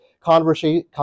conversation